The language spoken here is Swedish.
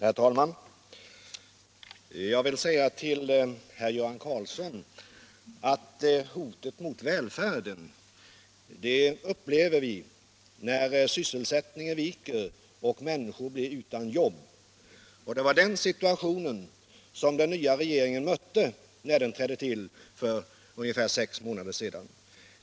Herr talman! Jag vill säga till herr Göran Karlsson att hotet mot välfärden upplever vi när sysselsättningen viker och människor blir utan jobb. Det var den situationen som den nya regeringen mötte då den trädde till för ungefär sex månader sedan.